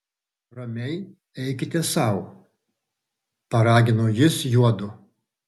ramiai eikite sau paragino jis juodu